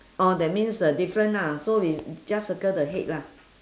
orh that means uh different lah so we just circle the head lah